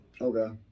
Okay